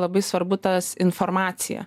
labai svarbu tas informacija